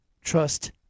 trust